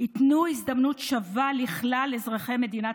ייתנו הזדמנות שווה לכלל אזרחי מדינת